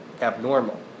abnormal